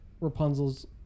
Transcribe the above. Rapunzel's